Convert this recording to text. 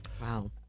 Wow